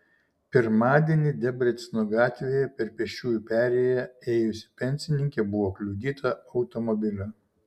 pirmadienį debreceno gatvėje per pėsčiųjų perėję ėjusi pensininkė buvo kliudyta automobilio